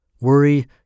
Worry